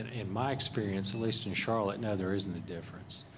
ah in my experience, at least in charlotte, no there isn't a difference.